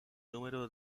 número